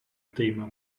tema